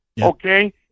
Okay